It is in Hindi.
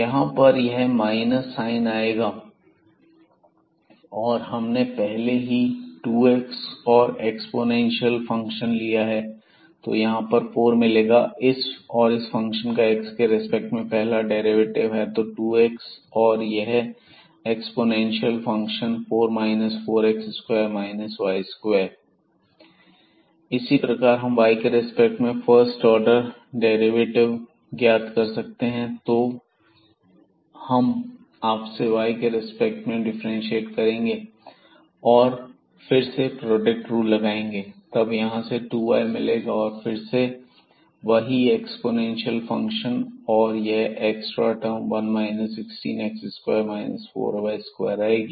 यहां यह माइनस साइन आएगा और हमने पहले से ही 2x और एक्स्पोनेंशियल फंक्शन ले लिया है तो हमें यहां पर 4 मिलेगा यह इस फंक्शन का x के रिस्पेक्ट में पहला डेरिवेटिव है तो 2x और यह exponential function 4 4x2 y2 fxxy2xe x2 4y24 4x2 y2 इसी प्रकार हम y के रेस्पेक्ट में फर्स्ट ऑर्डर डेरिवेटिव क्या कर सकते हैं तो हम आपसे y के रेस्पेक्ट में डिफ्रेंशिएट करेंगे और फिर से प्रोडक्ट रूल लगाएंगे तब यहां से 2y मिलेगा और फिर से वही एक्स्पोनेंशियल फंक्शन और यह एक्स्ट्रा टर्म 1 16x2 4y2 आएगी